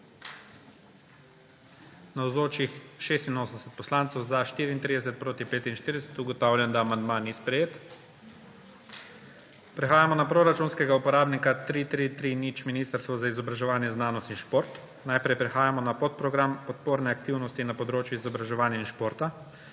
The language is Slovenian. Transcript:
45. (Za je glasovalo 34.) (Proti 45.) Ugotavljam, da amandma ni sprejet. Prehajamo na proračunskega uporabnika 3330 Ministrstvo za izobraževanje, znanost in šport. Prehajamo na podprogram Podporne aktivnosti na področju izobraževanja in športa.